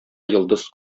йолдыз